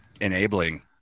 enabling